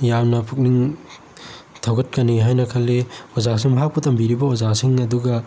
ꯌꯥꯝꯅ ꯄꯨꯛꯅꯤꯡ ꯊꯧꯒꯠꯀꯅꯤ ꯍꯥꯏꯅ ꯈꯜꯂꯤ ꯑꯣꯖꯥꯁꯨ ꯃꯍꯥꯛꯄꯨ ꯇꯝꯕꯤꯔꯤꯕ ꯑꯣꯖꯥꯁꯤꯡ ꯑꯗꯨꯒ